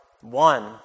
one